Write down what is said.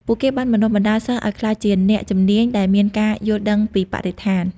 ពួកគេបានបណ្តុះបណ្តាលសិស្សឱ្យក្លាយជាអ្នកជំនាញដែលមានការយល់ដឹងពីបរិស្ថាន។